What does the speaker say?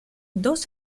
dos